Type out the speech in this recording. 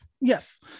Yes